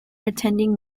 attending